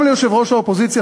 גם ליושב-ראש האופוזיציה,